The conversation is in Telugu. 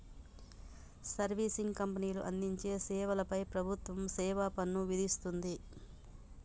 సర్వీసింగ్ కంపెనీలు అందించే సేవల పై ప్రభుత్వం సేవాపన్ను విధిస్తుంది